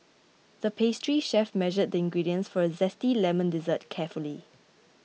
the pastry chef measured the ingredients for a Zesty Lemon Dessert carefully